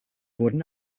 wurden